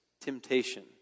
Temptation